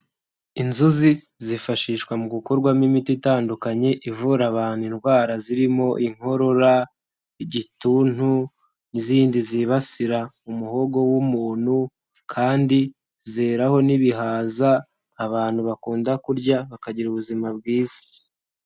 Inzuzi zifashishwa mu gukorwamo imiti itandukanye, ivura abantu indwara zirimo inkorora, igituntu n'izindi zibasira umuhogo w'umuntu kandi zeraho n'ibihaza abantu bakunda kurya, bakagira ubuzima bwiza.